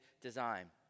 design